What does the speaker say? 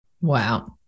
Wow